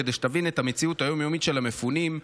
כדי שתבין את המציאות היום-יומית של המפונים,